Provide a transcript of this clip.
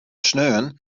sneon